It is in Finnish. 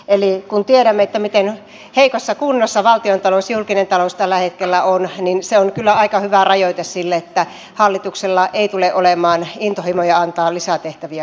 eli kun tiedämme miten heikossa kunnossa valtiontalous julkinen talous tällä hetkellä on niin se on kyllä aika hyvä rajoite sille että hallituksella ei tule olemaan intohimoja antaa lisää tehtäviä